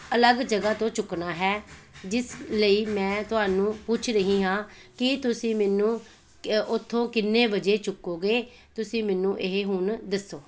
ਅਲੱਗ ਜਗ੍ਹਾ ਤੋਂ ਚੁੱਕਣਾ ਹੈ ਜਿਸ ਲਈ ਮੈਂ ਤੁਹਾਨੂੰ ਪੁੱਛ ਰਹੀ ਹਾਂ ਕਿ ਤੁਸੀਂ ਮੈਨੂੰ ਕ ਉੱਥੋਂ ਕਿੰਨੇ ਵਜੇ ਚੁੱਕੋਗੇ ਤੁਸੀਂ ਮੈਨੂੰ ਇਹ ਹੁਣ ਦੱਸੋ